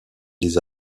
des